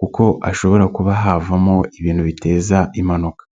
kuko hashobora kuba havamo ibintu biteza impanuka.